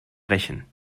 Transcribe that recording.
rächen